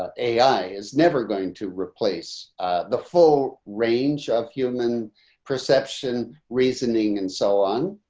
ah ai is never going to replace the full range of human perception, reasoning and so on.